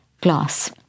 glass